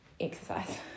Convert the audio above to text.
exercise